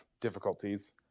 difficulties